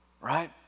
right